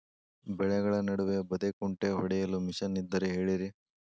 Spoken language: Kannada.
ಬೆಳೆಗಳ ನಡುವೆ ಬದೆಕುಂಟೆ ಹೊಡೆಯಲು ಮಿಷನ್ ಇದ್ದರೆ ಹೇಳಿರಿ